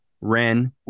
Ren